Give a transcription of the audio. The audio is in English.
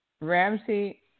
Ramsey